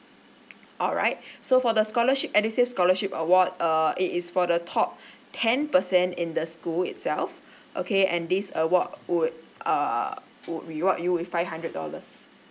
all right so for the scholarship edusave scholarship award uh it is for the top ten percent in the school itself okay and this award would uh would reward you with five hundred dollars